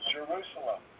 Jerusalem